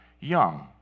young